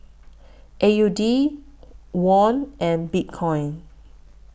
A U D Won and Bitcoin